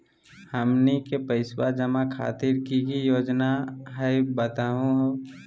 हमनी के पैसवा जमा खातीर की की योजना हई बतहु हो?